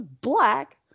black